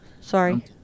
sorry